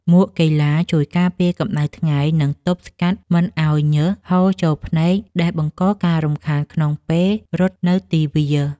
មួកកីឡាជួយការពារកម្ដៅថ្ងៃ និងទប់ស្កាត់មិនឱ្យញើសហូរចូលភ្នែក ដែលបង្កការរំខានក្នុងកំឡុងពេលរត់នៅទីវាល។